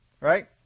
Right